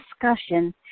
discussion